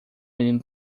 menino